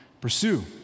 pursue